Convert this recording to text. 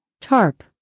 TARP